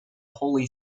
holy